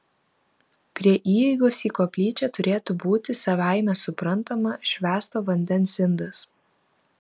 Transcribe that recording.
prie įeigos į koplyčią turėtų būti savaime suprantama švęsto vandens indas